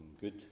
good